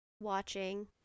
watching